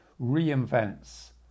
reinvents